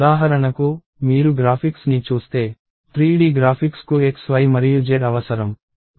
ఉదాహరణకు మీరు గ్రాఫిక్స్ని చూస్తే 3D గ్రాఫిక్స్కు x y మరియు z అవసరం